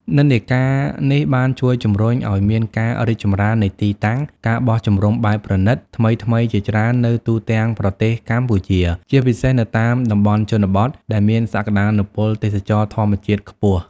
និន្នាការនេះបានជួយជំរុញឲ្យមានការរីកចម្រើននៃទីតាំង ការបោះជំរំបែបប្រណីត ថ្មីៗជាច្រើននៅទូទាំងប្រទេសកម្ពុជា ជាពិសេសនៅតាមតំបន់ជនបទ ដែលមានសក្តានុពលទេសចរណ៍ធម្មជាតិខ្ពស់។